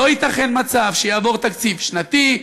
לא ייתכן מצב שיעבור תקציב שנתי,